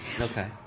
Okay